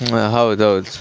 ಹಾಂ ಹೌದೌದು